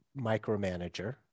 micromanager